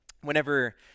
whenever